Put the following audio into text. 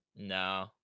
No